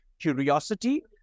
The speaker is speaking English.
curiosity